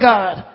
God